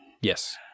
Yes